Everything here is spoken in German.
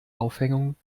aufhängung